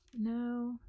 No